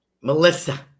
Melissa